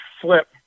flip